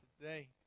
today